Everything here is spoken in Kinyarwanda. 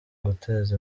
guteza